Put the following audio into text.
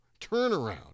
turnaround